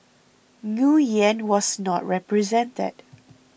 Nguyen was not represented